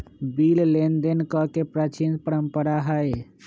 bill लेनदेन कके प्राचीन परंपरा हइ